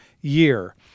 year